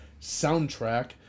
soundtrack